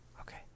Okay